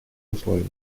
условий